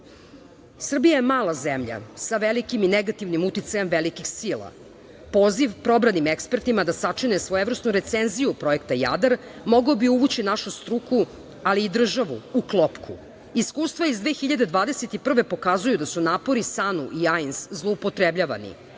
je mala zemlja, sa velikim i negativnim uticajem velikih sila. Poziv probranim ekspertima da sačine svojevrsnu recenziju Projekta "Jadar" mogao bi uvući našu struku, ali i državu, u klopku. Iskustva iz 2021. godine pokazuju da su napori SANU i AINS zloupotrebljavani.